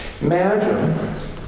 Imagine